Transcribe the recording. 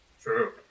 True